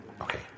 Okay